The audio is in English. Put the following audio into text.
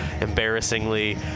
embarrassingly